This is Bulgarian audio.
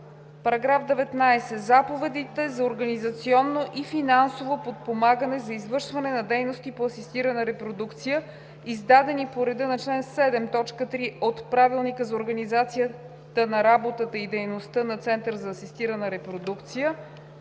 така: „§ 19. Заповедите за организационно и финансово подпомагане за извършване на дейности по асистирана репродукция, издадени по реда на чл. 7, т. 3 от Правилника за организацията на работата и дейността на Център за асистирана репродукция,